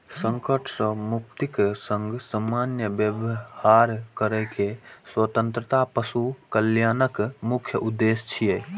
संकट सं मुक्तिक संग सामान्य व्यवहार करै के स्वतंत्रता पशु कल्याणक मुख्य उद्देश्य छियै